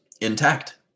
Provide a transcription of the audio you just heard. intact